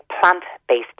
plant-based